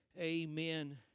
Amen